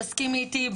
תסכימי איתי,